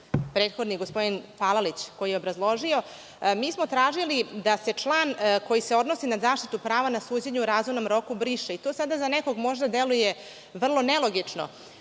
prethodnik, gospodin Palalić, obrazložio, mi smo tražili da se član koji se odnosi na zaštitu prava na suđenje u razumnom roku briše. To za nekog možda deluje vrlo nelogično,